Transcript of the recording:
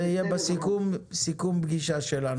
זה יהיה בסיכום פגישה שלנו.